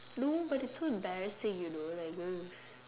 no but it's so embarrassing you know like ugh